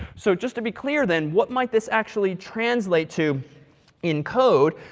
so just to be clear then, what might this actually translate to in code?